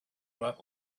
let